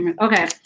okay